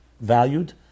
valued